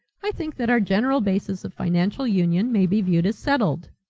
i think that our general basis of financial union may be viewed as settled.